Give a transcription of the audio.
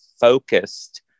focused